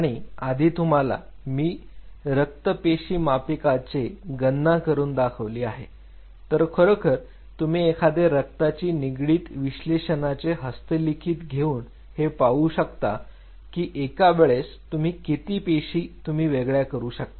आणि आधी तुम्हाला मी रक्तपेशीमापिकाचे गणना करून दाखवली आहे तर खरोखर तुम्ही एखादे रक्ताची निगडीत विश्लेषणाचे हस्तलिखित घेऊन हे पाहू शकता की एका वेळेस तुम्ही किती पेशी तुम्ही वेगळ्या करू शकता